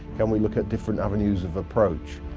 can we look at different avenues of approach,